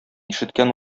ишеткән